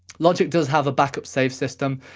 logic does have a backup save system.